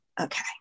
Okay